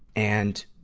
and,